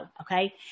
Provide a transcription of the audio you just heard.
okay